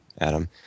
Adam